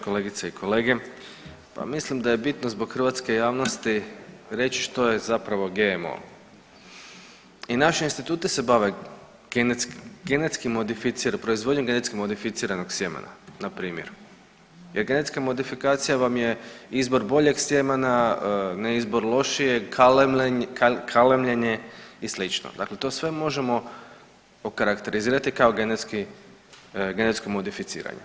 Kolegice i kolege, pa mislim da je bitno zbog hrvatske javnosti reći što je zapravo GMO i naši instituti se bave proizvodnjom genetski modificiranog sjemena na primjer jer genetska modifikacija vam je izbor boljeg sjemena, ne izbor lošijeg, kalemljenje i slično, dakle to sve možemo okarakterizirati kao genetski, genetsko modificiranje.